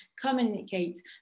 communicate